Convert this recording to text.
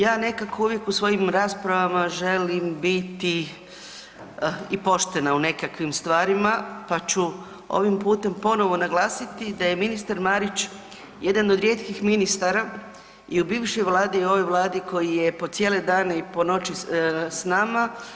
Ja nekako uvijek u svojim raspravama želim biti i poštena u nekakvim stvarima, pa ću ovim putem ponovo naglasiti da je ministar Marić jedan od rijetkih ministara i u bivšoj Vladi i u ovoj Vladi koji je po cijele dane i po noći s nama.